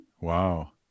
Wow